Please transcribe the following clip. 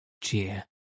cheer